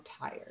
tired